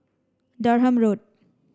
Durham Road